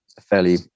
fairly